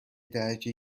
درجه